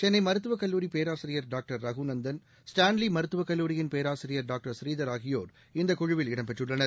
சென்னைமருத்துவக் கல்லூரிபேராசிரியர் டாக்டர் ரகுநந்தன் ஸ்டான்லிமருத்துவக் கல்லூரியின் பேராசிரியர் டாக்டர் ஸ்ரீதர் ஆகியோர் இந்தகுழுவில் இடம்பெற்றுள்ளனர்